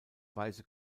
weise